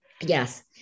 Yes